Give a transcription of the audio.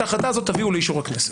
את ההחלטה הזאת תביאו לאישור הכנסת.